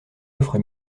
offre